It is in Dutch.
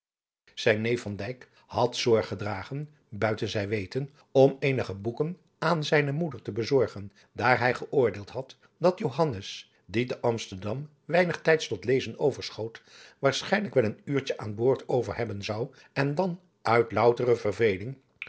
van dijk had zorg gedragen buiten zijn weten om eenige boeken aan zijne moeder te bezorgen daar hij geoordeeld had dat johannes dien te amsterdam weinig tijds tot lezen overschoot waarschijnlijk wel een uurtje aan boord over hebben zou en dan uit loutere